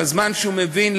בזמן שהוא מבין,